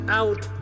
out